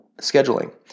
scheduling